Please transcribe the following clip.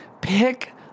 pick